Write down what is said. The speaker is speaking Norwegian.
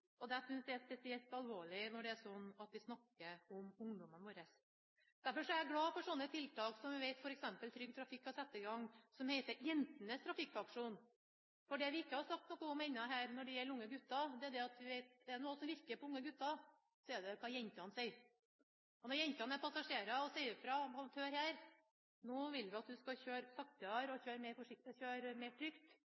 Det er en alvorlig situasjon. Jeg synes det er spesielt alvorlig når det er slik at vi snakker om ungdommene våre. Derfor er jeg glad for et tiltak som vi vet Trygg Trafikk har satt i gang, som heter «Jentenes trafikkaksjon». For det vi ikke ennå har snakket noe om når det gjelder unge gutter, er at vi vet at er det noe som virker på unge gutter, er det hva jentene sier. Når jentene er passasjerer og sier fra: Hør her, nå vil vi at du skal kjøre saktere og